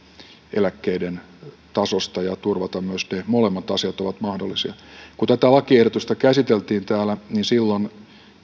eläkkeiden tasosta ja turvata myös ne molemmat asiat ovat mahdollisia kun tätä lakiehdotusta käsiteltiin täällä silloin